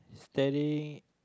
selling